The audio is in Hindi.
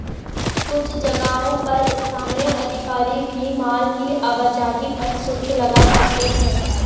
कुछ जगहों पर स्थानीय अधिकारी भी माल की आवाजाही पर शुल्क लगा सकते हैं